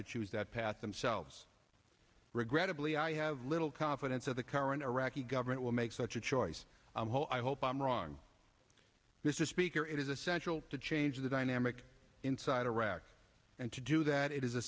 to choose that path themselves regrettably i have little confidence of the current iraqi government will make such a choice while i hope i'm wrong this is speaker it is essential to change the dynamic inside iraq and to do that i